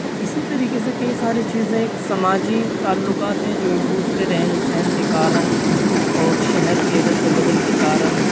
اسی طریقے سے کئی ساری چیزیں ایک سماجی تعلقات ہیں جو ایک دوسرے رہن سہن کے کارن اور شہر کے رد و بدل کے کارن